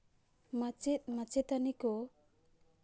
ᱢᱟᱪᱮᱫ ᱢᱟᱪᱮᱛᱟᱹᱱᱤ ᱠᱚ